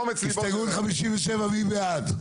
הסתייגות 57, מי בעד?